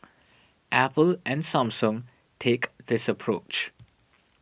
Apple and Samsung take this approach